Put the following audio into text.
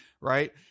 right